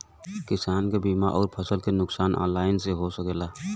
किसान के बीमा अउर फसल के नुकसान ऑनलाइन से हो सकेला?